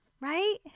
Right